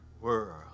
world